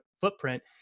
footprint